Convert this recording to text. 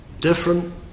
Different